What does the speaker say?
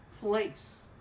place